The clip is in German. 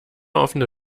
offene